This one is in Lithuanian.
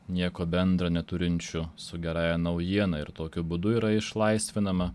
nieko bendro neturinčių su gerąja naujiena ir tokiu būdu yra išlaisvinama